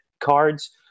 cards